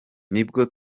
nibwo